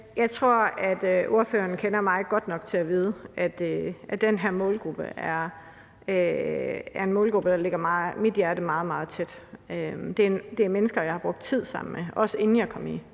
for forespørgerne kender mig godt nok til at vide, at den her målgruppe er en målgruppe, der ligger mit hjerte meget, meget nært. Det er mennesker, jeg har brugt tid sammen med, også inden jeg kom i